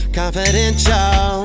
confidential